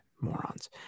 Morons